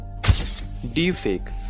Deepfake